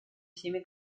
всеми